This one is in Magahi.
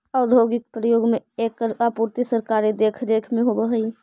औद्योगिक प्रयोग में एकर आपूर्ति सरकारी देखरेख में होवऽ हइ